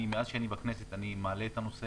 מאז שאני בכנסת אני מעלה את הנושא,